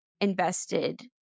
invested